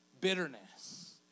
bitterness